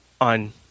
on